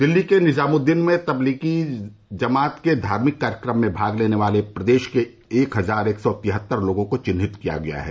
दिल्ली के निजामुददीन में तबलीगी जमात के धार्मिक कार्यक्रम में भाग लेने वाले प्रदेश के एक हजार एक सौ तिहत्तर लोगों को चिन्हित किया गया है